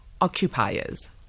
occupiers